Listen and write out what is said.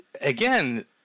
again